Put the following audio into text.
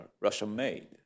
Russian-made